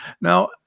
Now